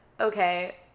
okay